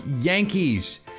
Yankees